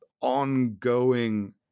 ongoing